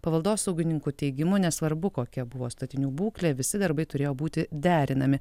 paveldosaugininkų teigimu nesvarbu kokia buvo statinių būklė visi darbai turėjo būti derinami